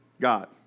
God